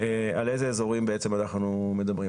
על איזה אזורים אנחנו מדברים.